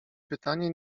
pytanie